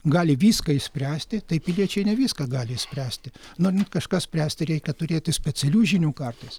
gali viską išspręsti tai piliečiai ne viską gali išspręsti norint kažką spręsti reikia turėti specialių žinių kartais